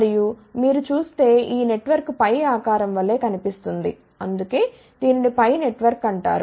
మరియు మీరు చూస్తే ఈ నెట్వర్క్ π ఆకారం వలె కనిపిస్తుంది అందుకే దీనిని π నెట్వర్క్ అంటారు